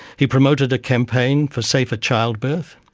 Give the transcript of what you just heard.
he promoted a campaign for safer childbirth,